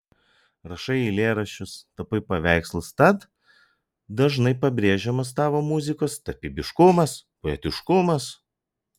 rašai eilėraščius tapai paveikslus tad dažnai pabrėžiamas tavo muzikos tapybiškumas poetiškumas